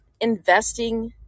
investing